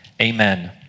Amen